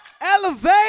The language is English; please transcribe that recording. elevate